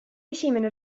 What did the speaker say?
esimene